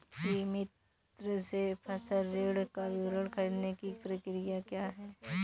ई मित्र से फसल ऋण का विवरण ख़रीदने की प्रक्रिया क्या है?